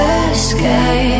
escape